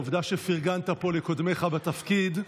העובדה שפרגנת פה לקודמיך בתפקיד,